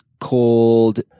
called